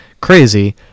crazy